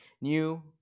new